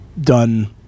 done